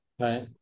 Right